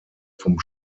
vom